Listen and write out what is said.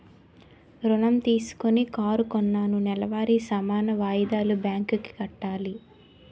ఋణం తీసుకొని కారు కొన్నాను నెలవారీ సమాన వాయిదాలు బ్యాంకు కి కట్టాలి